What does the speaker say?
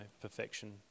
perfection